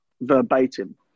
verbatim